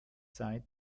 zeit